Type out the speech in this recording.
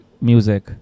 music